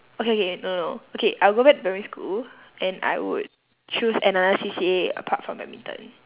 okay okay no no no okay I'll go back to primary school and I would choose another C_C_A apart from badminton